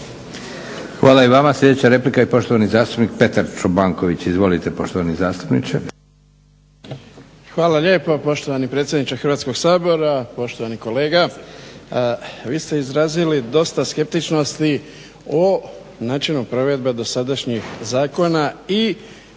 Hvala i vama. Sljedeća replika i poštovani zastupnik Petar Čobanković. Izvolite poštovani zastupniče. **Čobanković, Petar (HDZ)** Hvala lijepo poštovani predsjedniče Hrvatskog sabora, poštovani kolega. Vi ste izrazili dosta skeptičnosti o način provedbe dosadašnjih zakona i